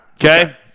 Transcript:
Okay